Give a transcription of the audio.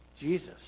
Jesus